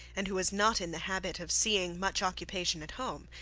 and who was not in the habit of seeing much occupation at home,